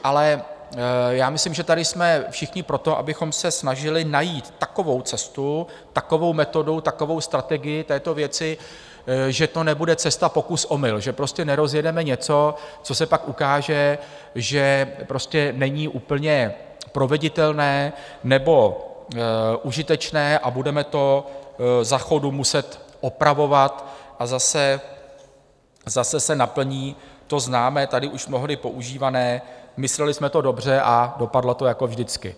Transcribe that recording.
Ale já myslím, že tady jsme všichni pro to, abychom se snažili najít takovou cestu, takovou metodu, takovou strategii v této věci, že to nebude cesta pokus omyl, že prostě nerozjedeme něco, co se pak ukáže, že není úplně proveditelné nebo užitečné, budeme to za chodu muset opravovat a zase se naplní to známé, tady už mnohdy používané: Mysleli jsme to dobře a dopadlo to jako vždycky.